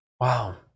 Wow